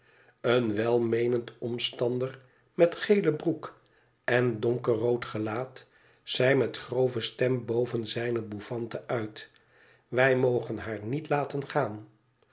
een welmeenend omstander met geelen broek en donkerrood gelaat zei met grove stem boven zijne bouffante uit wij mogen haar niet laten gaan